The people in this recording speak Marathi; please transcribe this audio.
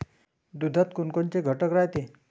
दुधात कोनकोनचे घटक रायते?